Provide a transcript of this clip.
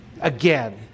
again